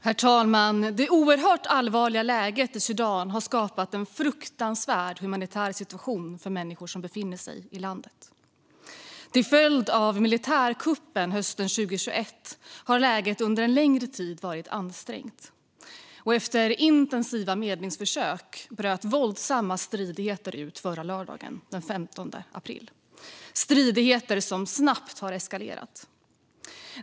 Herr talman! Det oerhört allvarliga läget i Sudan har skapat en fruktansvärd humanitär situation för människor som befinner sig i landet. Till följd av militärkuppen hösten 2021 har läget under en längre tid varit ansträngt. Efter intensiva medlingsförsök bröt våldsamma stridigheter ut förra lördagen, den 15 april. Det är stridigheter som snabbt har eskalerat.